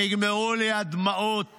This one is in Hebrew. נגמרו לי הדמעות